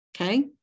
okay